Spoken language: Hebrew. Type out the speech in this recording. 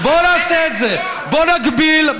בואו נעשה את זה, בואו נגביל.